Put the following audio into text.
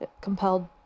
compelled